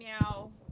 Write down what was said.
now